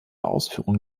ausführung